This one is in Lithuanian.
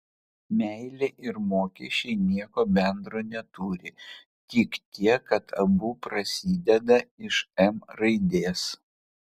meilė ir mokesčiai nieko bendro neturi tik tiek kad abu prasideda iš m raidės